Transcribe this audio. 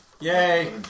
Yay